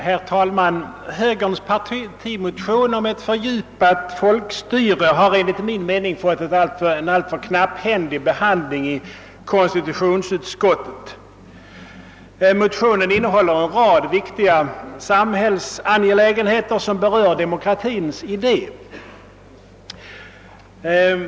Herr talman! Högerns partimotion om åtgärder för att fördjupa folkstyret har enligt min mening fått en alltför knapphändig behandling i konstitutionsutskottet. Motionen tar upp en rad viktiga sam Åtgärder för att fördjupa och stärka det svenska folkstyret hällsangelägenheter, som berör demokratins idé.